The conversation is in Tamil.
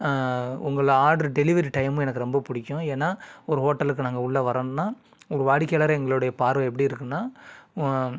உங்கள் ஆர்டர் டெலிவரி டைமும் எனக்கு ரொம்ப பிடிக்கும் ஏன்னா ஒரு ஹோட்டலுக்கு நாங்கள் உள்ள வர்றோம்னால் உங்கள் வாடிக்கையாளராக எங்களோடைய பார்வை எப்படி இருக்கும்னா